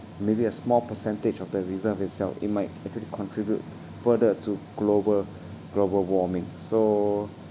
maybe a small percentage of the reserve itself it might actually contribute further to global global warming so